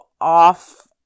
off